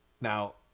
now